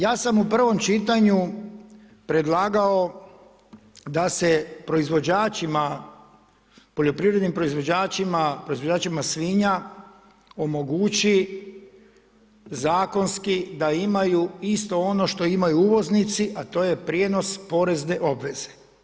Ja sam u prvom čitanju predlagao da se proizvođačima, poljoprivrednim proizvođačima, proizvođačima svinja omogući zakonski da imaju isto ono što imaju uvoznici a to je prijenos porezne obveze.